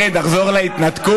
אנחנו יודעים למה אתה פה,